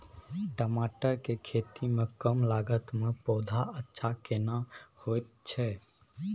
टमाटर के खेती में कम लागत में पौधा अच्छा केना होयत छै?